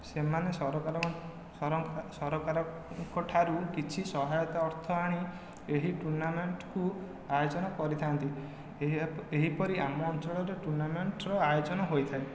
ସେମାନେ ସରକାର ସରକାରଙ୍କ ଠାରୁ କିଛି ସହାୟତା ଅର୍ଥ ଆଣି ଏହି ଟୁର୍ଣ୍ଣାମେଣ୍ଟକୁ ଆୟୋଜନ କରିଥାନ୍ତି ଏହି ପରି ଆମ ଅଞ୍ଚଳରେ ଟୁର୍ଣ୍ଣାମେଣ୍ଟର ଆୟୋଜନ ହୋଇଥାଏ